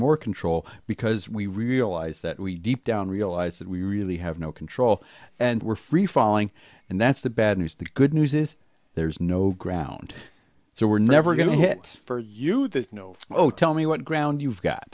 more control because we realize that we deep down realize that we really have no control and we're free falling and that's the bad news the good news is there's no ground so we're never going to hit for you there's no oh tell me what ground you've got